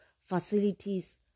facilities